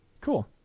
Cool